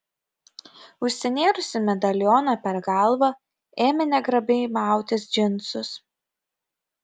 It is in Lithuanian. užsinėrusi medalioną per galvą ėmė negrabiai mautis džinsus